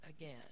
again